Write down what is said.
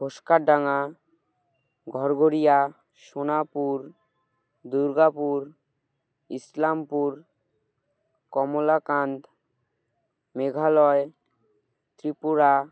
ঘোসকারডাঙ্গা ঘরঘড়িয়া সোনাপুর দুর্গাপুর ইসলামপুর কমলাকান্ত মেঘালয় ত্রিপুরা